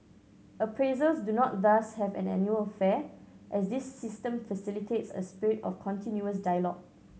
appraisals do not thus have an annual affair as this system facilitates a spirit of continuous dialogue